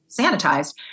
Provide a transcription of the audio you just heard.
sanitized